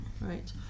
right